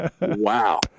wow